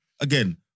Again